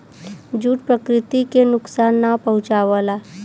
jute प्रकृति के नुकसान ना पहुंचावला